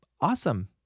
awesome